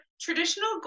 traditional